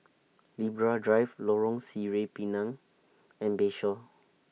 Libra Drive Lorong Sireh Pinang and Bayshore